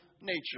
nature